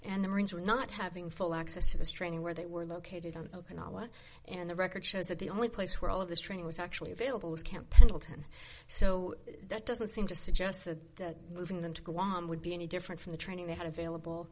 and the marines were not having full access to this training where they were located on okinawa and the record shows that the only place where all of this training was actually available was camp pendleton so that doesn't seem to suggest that moving them to guam would be any different from the training they had available